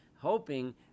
hoping